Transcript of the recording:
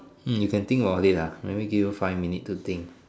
hmm you think about it ah maybe give you five minute to think